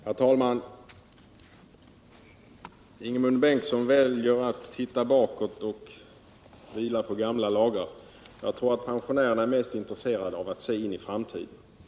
Herr talman! Ingemund Bengtsson väljer att se bakåt och vila på gamla lagrar. Jag tror att pensionärerna är mest intresserade av att se in i framtiden.